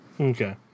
okay